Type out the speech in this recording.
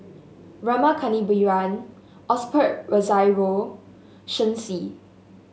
Rama Kannabiran Osbert Rozario Shen Xi